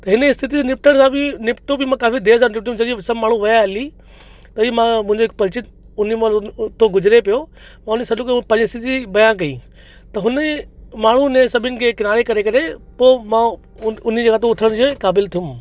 त हिन स्थितिअ सां निपटण लाइ बि निपटूं बि मां काफ़ी देरि सां उथियुमि जॾहिं सभु माण्हू विया हली वरी मां मुंहिंजे हिकु परीचित उन महिल उ हुतां गुजिरे पियो मां उन खे सॾु कयो पंहिंजी स्थिति हुन खे बयान कई त हुन माण्हू ने सभिनि खे किनारे करे करे पोइ मां उ उन जी हथो उथण जे क़ाबिल थियुमि